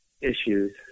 issues